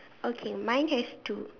okay mine has two